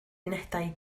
unedau